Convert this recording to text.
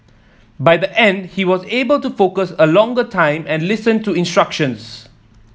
by the end he was able to focus a longer time and listen to instructions